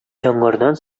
яңгырдан